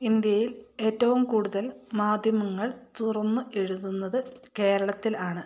ഇന്ത്യയിൽ ഏറ്റവും കൂടുതൽ മാധ്യമങ്ങൾ തുറന്നു എഴുതുന്നത് കേരളത്തിലാണ്